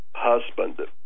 husband